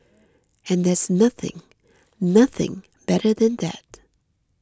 and there's nothing nothing better than that